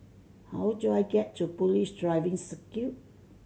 how do I get to Police Driving Circuit